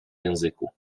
języku